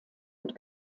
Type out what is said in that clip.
und